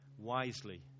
wisely